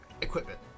equipment